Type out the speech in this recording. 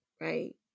Right